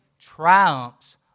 triumphs